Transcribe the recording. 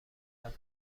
بهره